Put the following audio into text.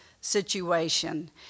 situation